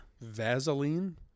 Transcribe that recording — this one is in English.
Vaseline